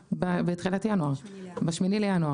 הייתה ב-8 בינואר.